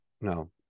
No